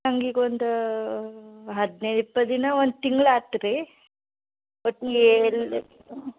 ನಂಗೆ ಈಗ ಒಂದು ಹದಿನೈದು ಇಪ್ಪತ್ತು ದಿನ ಒಂದು ತಿಂಗ್ಳು ಆತು ರೀ ಒಟ್ಟು